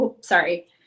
sorry